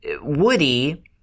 Woody